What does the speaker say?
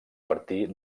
partir